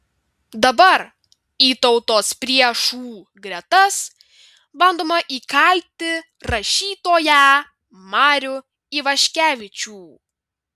dabar į tautos priešų gretas bandoma įkalti rašytoją marių ivaškevičių